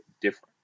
different